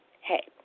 Hey